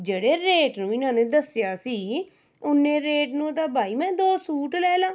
ਜਿਹੜੇ ਰੇਟ ਨੂੰ ਇਹਨਾਂ ਨੇ ਦੱਸਿਆ ਸੀ ਉੱਨੇ ਰੇਟ ਨੂੰ ਤਾਂ ਬਾਈ ਮੈਂ ਦੋ ਸੂਟ ਲੈ ਲਵਾਂ